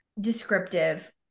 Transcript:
descriptive